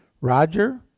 Roger